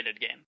game